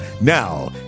Now